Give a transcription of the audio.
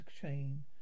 chain